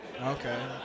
Okay